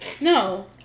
No